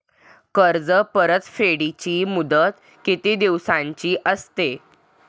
कर्ज परतफेडीची मुदत किती दिवसांची असते?